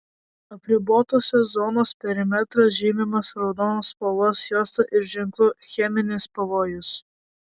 apribotosios zonos perimetras žymimas raudonos spalvos juosta ir ženklu cheminis pavojus